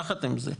יחד עם זה,